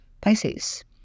Pisces